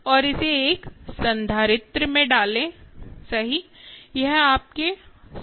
और इसे एक संधारित्र में डालें सही